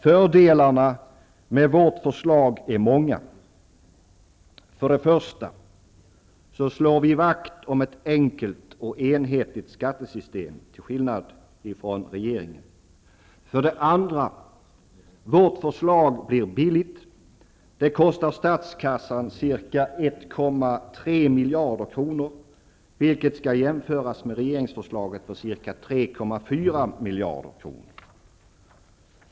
Fördelarna med vårt förslag är många: För det första: Vi slår vakt om ett enkelt och enhetligt skattesystem -- till skillnad från regeringen. För det andra: Vårt förslag blir billigt. Det kostar statskassan ca 1,3 miljarder kronor, vilket skall jämföras med regeringsförslaget på ca 3,4 miljarder kronor.